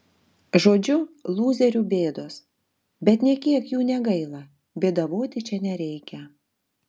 žodžiu lūzerių bėdos bet nė kiek jų negaila bėdavoti čia nereikia